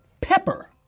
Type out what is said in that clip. pepper